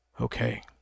Okay